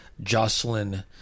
jocelyn